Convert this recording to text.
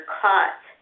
caught